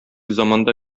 заманда